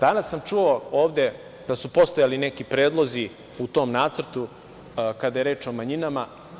Danas sam čuo ovde da su postojali neki predlozi u tom nacrtu kada je reč o manjinama.